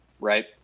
Right